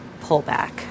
pullback